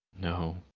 No